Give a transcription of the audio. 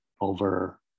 over